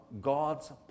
God's